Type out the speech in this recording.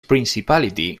principality